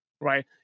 Right